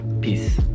Peace